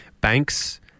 Banks